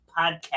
podcast